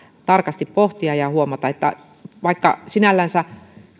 tarkasti pohtia ja huomata että vaikka sinällänsä